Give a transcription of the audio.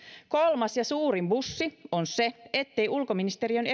kolmas ja suurin bussi on se ettei ulkoministeriön